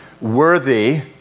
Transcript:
worthy